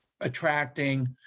attracting